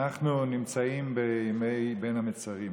אנחנו נמצאים בימי בין המצרים.